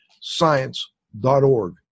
science.org